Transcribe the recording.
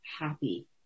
happy